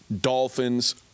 Dolphins